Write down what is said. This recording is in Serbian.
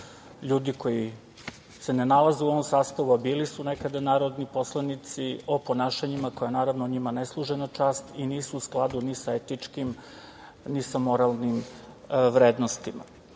ljudi koji se ne nalaze u ovom sastavu, a bili su nekada narodni poslanici, o ponašanjima koja, naravno, njima ne služe na čast i nisu u skladu ni sa etičkim ni sa moralnim vrednostima. Naravno,